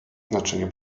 znaczeniu